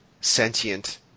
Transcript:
sentient